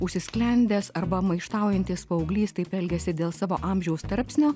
užsisklendęs arba maištaujantis paauglys taip elgiasi dėl savo amžiaus tarpsnio